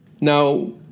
Now